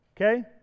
okay